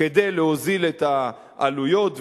כדי להוזיל את העלויות,